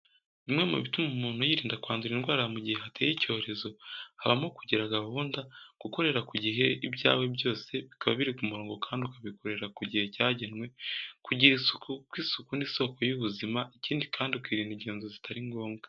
Bimwe mu bituma umuntu yirinda kwandura indwara mu gihe hateye icyorezo, habamo kugira gahunda, gukorera ku gihe ibyawe byose bikaba biri ku murongo kandi ukabikorera ku gihe cyagenwe, kugira isuku kuko isuku ni isoko y'ubuzima ikindi kandi ukirinda ingendo zitari ngombwa.